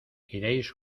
iréis